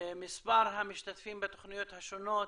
מספר המשתתפים בתוכניות השונות,